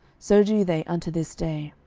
so do they unto this day.